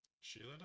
Sheila